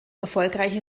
erfolgreiche